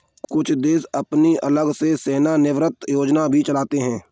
कुछ देश अपनी अलग से सेवानिवृत्त योजना भी चलाते हैं